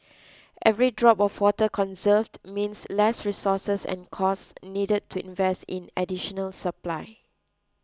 every drop of water conserved means less resources and costs needed to invest in additional supply